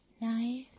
Knife